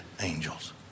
angels